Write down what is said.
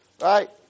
Right